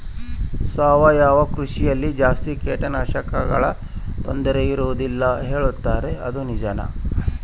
ಸಾವಯವ ಕೃಷಿಯಲ್ಲಿ ಜಾಸ್ತಿ ಕೇಟನಾಶಕಗಳ ತೊಂದರೆ ಇರುವದಿಲ್ಲ ಹೇಳುತ್ತಾರೆ ಅದು ನಿಜಾನಾ?